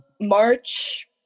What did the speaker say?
March